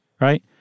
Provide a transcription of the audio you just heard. right